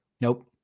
Nope